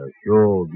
sure